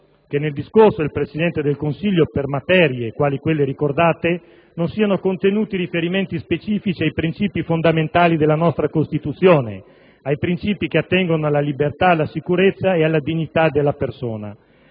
che nel discorso del Presidente del Consiglio, per materie quali quelle ricordate, non siano contenuti riferimenti specifici ai principi fondamentali della nostra Costituzione, ai principi che attengono alla libertà, alla sicurezza e alla dignità della persona.